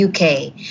uk